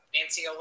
Nancy